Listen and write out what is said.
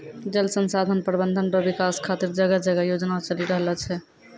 जल संसाधन प्रबंधन रो विकास खातीर जगह जगह योजना चलि रहलो छै